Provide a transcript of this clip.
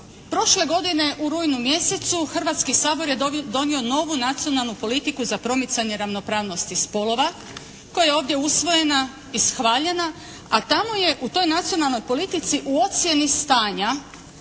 prošle godine u rujnu mjesecu Hrvatski sabor je donio novu nacionalnu politiku za promicanje ravnopravnosti spolova koja je ovdje usvojena, ishvaljena a tamo je u toj nacionalnoj politici u ocjeni stanja